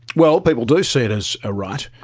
well, people do see it as a right,